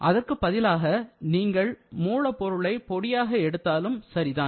அதற்கு பதிலாக நீங்கள் மூலப்பொருளை பொடியாக எடுத்தாலும் சரிதான்